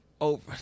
over